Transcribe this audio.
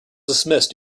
dismissed